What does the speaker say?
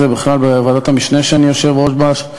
בכלל בוועדת המשנה שאני יושב-ראש בה,